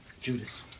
Judas